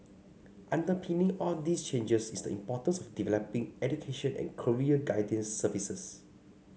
underpinning all these changes is the importance of developing education and career guidance services